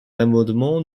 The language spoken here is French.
l’amendement